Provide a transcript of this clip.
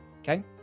Okay